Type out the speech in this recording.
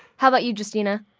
how about you, justina?